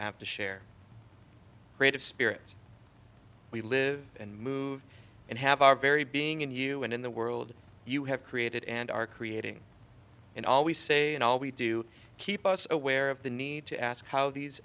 have to share creative spirit we live and move and have our very being in you and in the world you have created and are creating and always say and all we do keep us aware of the need to ask how these